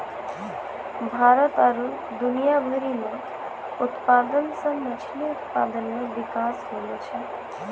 भारत आरु दुनिया भरि मे उत्पादन से मछली उत्पादन मे बिकास होलो छै